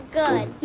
good